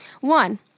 One